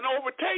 overtake